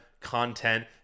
content